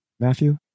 Matthew